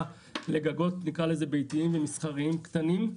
לגגות שנקרא להם ביתיים ומסחריים קטנים,